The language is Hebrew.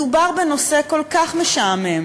מדובר בנושא כל כך משעמם,